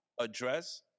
address